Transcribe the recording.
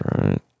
right